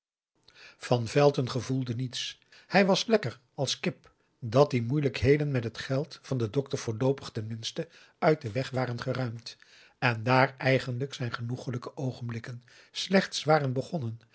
van velton gevoelde niets hij was lekker als kip dat die moeielijkheden met het geld van den dokter voorloopig ten minste uit den weg waren geruimd en daar eigenlijk zijn genoeglijke oogenblikken slechts waren begonnen